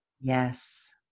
yes